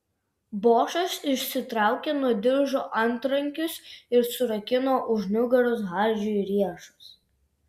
bošas išsitraukė nuo diržo antrankius ir surakino už nugaros hardžiui riešus